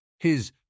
His